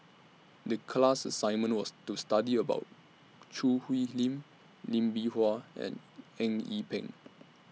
The class assignment was to study about Choo Hwee Lim Lee Bee Wah and Eng Yee Peng